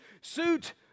suit